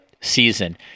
season